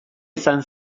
izan